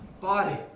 body